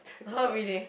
really